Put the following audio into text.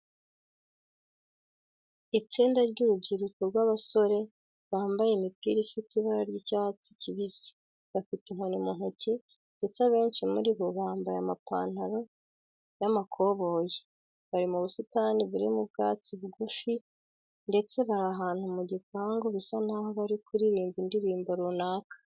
Itsinda ry'urubyiruko rw'abasore bambaye imipira ifite ibara ry'icyatsi kibisi, bafite inkoni mu ntoki ndetse abenshi muri bo bambaye amapantaro y'amakoboyi, bari mu busitani burimo ubwatsi bugufi ndetse bari ahantu mu gipangu bisa naho bari kuririmba indirimbo runaka.